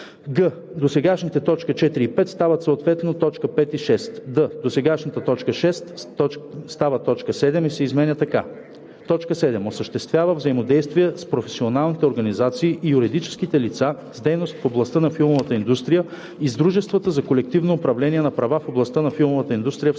г) досегашните т. 4 и 5 стават съответно т. 5 и 6; д) досегашната т. 6 става т. 7 и се изменя така: „7. осъществява взаимодействие с професионалните организации и юридическите лица с дейност в областта на филмовата индустрия и с дружествата за колективно управление на права в областта на филмовата индустрия в страната;“